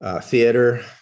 theater